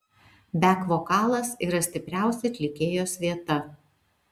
bek vokalas yra stipriausia atlikėjos vieta